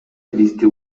бизди